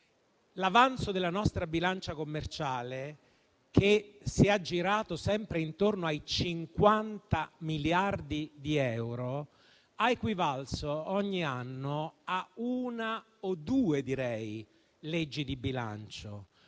L'avanzo della nostra bilancia commerciale, che si è aggirato sempre intorno ai 50 miliardi di euro, ha equivalso ogni anno a una - o due, direi - leggi di bilancio,